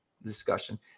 discussion